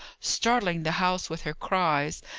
startling the house with her cries,